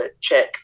Check